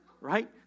right